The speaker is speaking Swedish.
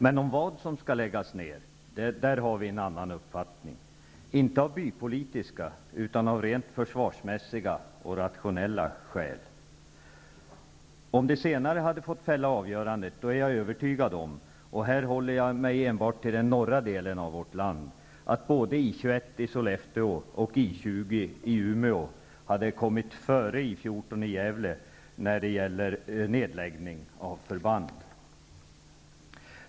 Men vi har en annan uppfattning om vad som skall läggas ned -- inte av bypolitiska utan av rent försvarsmässiga och rationella skäl. Jag är övertygad om att om det senare hade fått fälla avgörandet -- och här håller jag mig enbart till den norra delen av vårt land -- hade både I 21 i Sollefteå och I 20 i Umeå hamnat före I 14 i Gävle när det gäller nedläggning av förband.